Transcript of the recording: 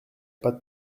pas